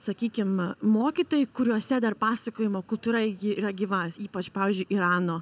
sakykim mokytojai kuriuose dar pasakojimo kultūra ji yra gyva ypač pavyzdžiui irano